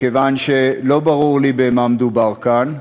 מכיוון שלא ברור לי במה מדובר כאן,